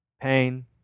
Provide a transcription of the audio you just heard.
Pain